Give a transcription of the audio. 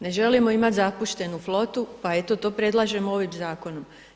Ne želimo imat zapuštenu flotu, pa eto to predlažemo ovim zakonom.